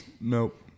Nope